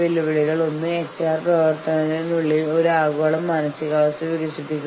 കഴിഞ്ഞ തവണ നമ്മൾ ചർച്ച ചെയ്തതുപോലെ ഇത് ഒരു തടസ്സം ആകുന്നു